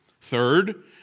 Third